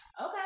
Okay